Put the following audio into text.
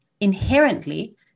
inherently